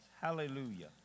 Hallelujah